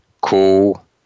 cool